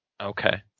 okay